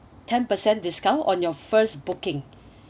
ten percent discount on your first booking